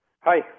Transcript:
Hi